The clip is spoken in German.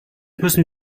müssen